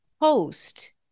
host